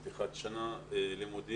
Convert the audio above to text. אנחנו ערב פתיחת שנת לימודים